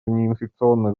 неинфекционных